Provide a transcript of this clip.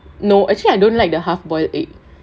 no actually I don't like the half boiled egg